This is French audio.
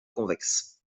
convexe